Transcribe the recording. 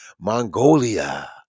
Mongolia